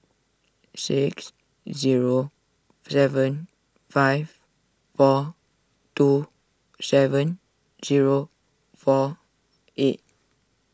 six zero seven five four two seven zero four eight